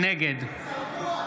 נגד תתבייש לך,